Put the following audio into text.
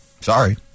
Sorry